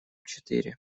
четыре